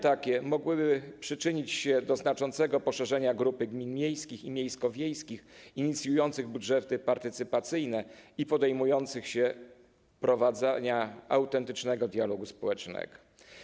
Takie zmiany mogłyby przyczynić się do znaczącego poszerzenia grupy gmin miejskich i miejsko-wiejskich inicjujących budżety partycypacyjne i podejmujących się prowadzenia autentycznego dialogu społecznego.